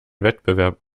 wettbewerb